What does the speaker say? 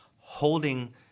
holding